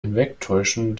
hinwegtäuschen